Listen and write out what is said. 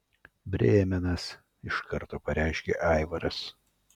brėmenas iš karto pareiškė aivaras